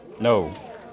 No